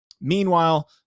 meanwhile